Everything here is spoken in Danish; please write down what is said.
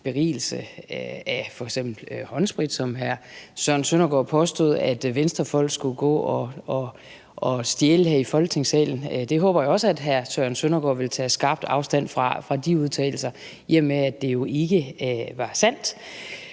berigelse gennem f.eks. håndsprit, som hr. Søren Søndergaard påstod at Venstrefolk skulle gå og stjæle her i Folketingssalen. Det håber jeg også at hr. Søren Søndergaard vil tage skarpt afstand fra, altså fra de udtalelser, i og med at det jo ikke var sandt.